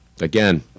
again